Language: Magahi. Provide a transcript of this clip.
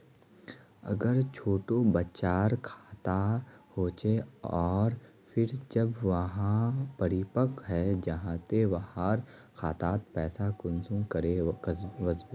अगर छोटो बच्चार खाता होचे आर फिर जब वहाँ परिपक है जहा ते वहार खातात पैसा कुंसम करे वस्बे?